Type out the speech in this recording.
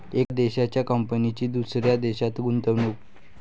एका देशाच्या कंपनीची दुसऱ्या देशात गुंतवणूक